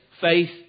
faith